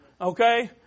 okay